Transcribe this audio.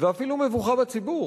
ואפילו מבוכה בציבור.